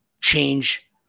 change